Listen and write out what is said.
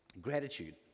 gratitude